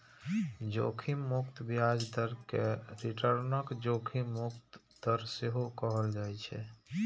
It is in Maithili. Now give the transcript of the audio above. जोखिम मुक्त ब्याज दर कें रिटर्नक जोखिम मुक्त दर सेहो कहल जाइ छै